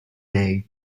day